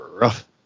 rough